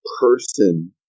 person